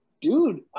dude